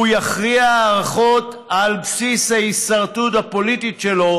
יכריע הכרעות על בסיס ההישרדות הפוליטית שלו